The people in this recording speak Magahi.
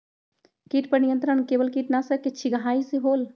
किट पर नियंत्रण केवल किटनाशक के छिंगहाई से होल?